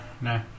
no